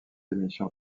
émission